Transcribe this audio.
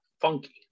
funky